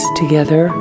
together